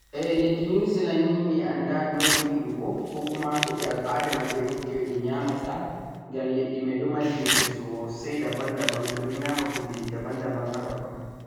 eh leddi New Zealannd ni mi annda ɗume ɓe ɓuri yiɗugo 'ko kuma' ko al'aada maɓɓe hokki ɓe ɓe nyaama ta ngam leddi may ɗo mari himɓe 'daban-daban' ɓe ɗon nyaama kuujeeeji 'daban-daban' ha ɗoɗɗon.